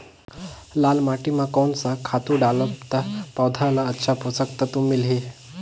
लाल माटी मां कोन सा खातु डालब ता पौध ला अच्छा पोषक तत्व मिलही?